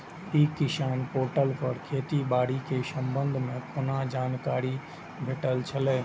ई किसान पोर्टल पर खेती बाड़ी के संबंध में कोना जानकारी भेटय छल?